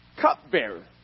cupbearer